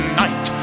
night